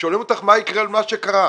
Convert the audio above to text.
שואלים אותך מה יקרה לגבי מה שקרה.